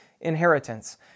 inheritance